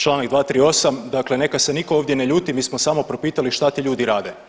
Članak 238., dakle neka se niko ovdje ne ljuti mi smo samo propitali šta ti ljudi rade.